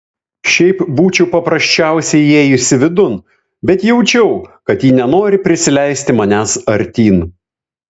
šiaip būčiau paprasčiausiai įėjusi vidun bet jaučiau kad ji nenori prisileisti manęs artyn